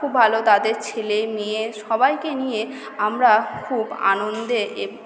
খুব ভালো তাদের ছেলে মেয়ে সবাইকে নিয়ে আমরা খুব আনন্দে এ